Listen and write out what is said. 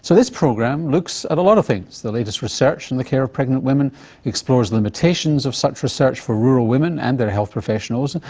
so this program looks at a lot of things the latest research in the care of pregnant women, it explores the limitations of such research for rural women and their health professionals,